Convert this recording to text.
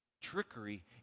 trickery